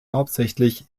hauptsächlich